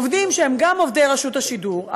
עובדים שהם גם עובדי רשות השידור,